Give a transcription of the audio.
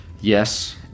Yes